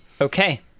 Okay